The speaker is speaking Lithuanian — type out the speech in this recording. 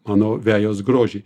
mano vejos grožį